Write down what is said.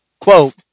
Quote